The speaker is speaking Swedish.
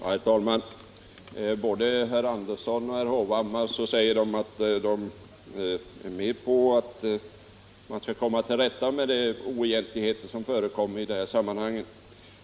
Herr talman! Både herr Andersson i Örebro och herr Hovhammar säger att de vill komma till rätta med de oegentligheter som förekommer i detta sammanhang.